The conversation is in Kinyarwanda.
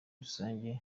rusange